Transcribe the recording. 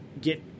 get